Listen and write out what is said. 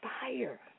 fire